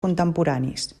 contemporanis